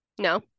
No